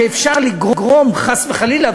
שאפשר לגרום חס וחלילה,